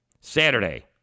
Saturday